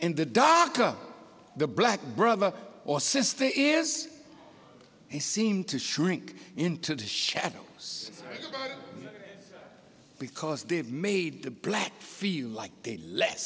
and the doctor the black brother or sister is he seemed to shrink into the shadows because they've made the black feel like